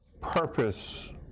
purpose